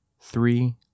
three